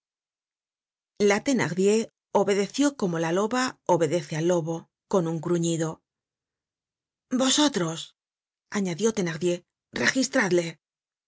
la thenardier obedeció como la loba obedece al lobo con un gruñido vosotros añadió thenardier registradle